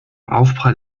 aufprall